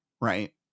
Right